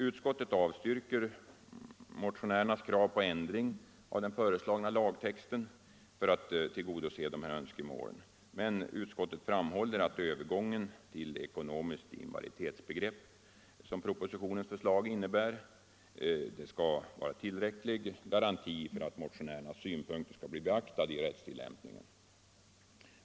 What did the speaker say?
Utskottet avstyrker motionärernas krav på ändring av den föreslagna lagtexten för att tillgodose dessa önskemål. Utskottet framhåller att övergången till ekonomiskt invaliditetsbegrepp, som propositionens förslag innebär, skall innebära tillräcklig garanti för att motionärernas synpunkter skall bli beaktade i rättstillämpningen.